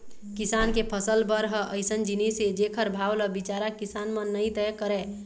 किसान के फसल भर ह अइसन जिनिस हे जेखर भाव ल बिचारा किसान मन नइ तय करय